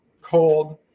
cold